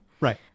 Right